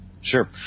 Sure